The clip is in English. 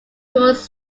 towards